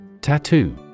Tattoo